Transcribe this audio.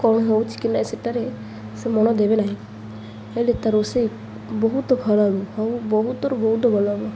କଣ ହେଉଛି କି ନାହିଁ ସେଠାରେ ସେ ମନ ଦେବେ ନାହିଁ ହେଲେ ତା ରୋଷେଇ ବହୁତ ଭଲ ହେବ ହଉ ବହୁତରୁ ବହୁତ ଭଲ ହେବ